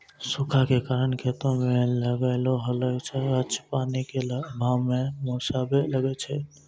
सूखा के कारण खेतो मे लागलो होलो गाछ पानी के अभाव मे मुरझाबै लागै छै